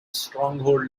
stronghold